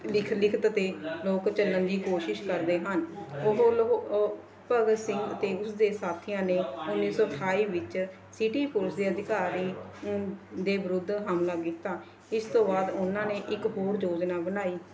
ਲਿਖ ਲਿਖਤ 'ਤੇ ਲੋਕ ਚੱਲਣ ਦੀ ਕੋਸ਼ਿਸ਼ ਕਰਦੇ ਹਨ ਉਹ ਲੋ ਉਹ ਭਗਤ ਸਿੰਘ ਅਤੇ ਉਸ ਦੇ ਸਾਥੀਆਂ ਨੇ ਉੱਨੀ ਸੌ ਅਠਾਈ ਵਿੱਚ ਸਿਟੀ ਪੁਲਿਸ ਦੇ ਅਧਿਕਾਰੀ ਦੇ ਵਿਰੁੱਧ ਹਮਲਾ ਕੀਤਾ ਇਸ ਤੋਂ ਬਾਅਦ ਉਹਨਾਂ ਨੇ ਇੱਕ ਹੋਰ ਯੋਜਨਾ ਬਣਾਈ